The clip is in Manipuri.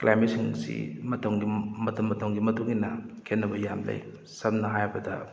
ꯀ꯭ꯂꯥꯏꯃꯦꯠꯁꯤꯡꯁꯤ ꯃꯇꯝꯒꯤ ꯃꯇꯝ ꯃꯇꯝꯒꯤ ꯃꯇꯨꯡ ꯏꯟꯅ ꯈꯦꯠꯅꯕ ꯌꯥꯝ ꯂꯩ ꯁꯝꯅ ꯍꯥꯏꯔꯕꯗ